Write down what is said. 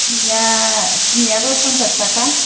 सिनिया सिनियाबो फनसाच थाखा